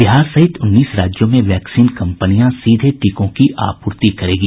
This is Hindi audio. बिहार सहित उन्नीस राज्यों में वैक्सीन कंपनियां सीधे टीकों की आपूर्ति करेगी